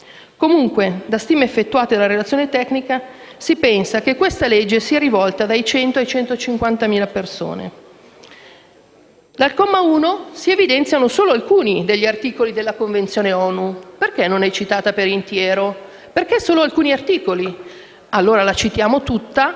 Comunque, da stime effettuate nella relazione tecnica, si pensa che questa legge sia rivolta a 100.000-150.000 persone. Al comma 1 si evidenziano solo alcuni degli articoli della Convenzione ONU. Perché non è citata per intero? Perché solo alcuni articoli? Allora la citiamo tutta,